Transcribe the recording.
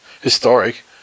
Historic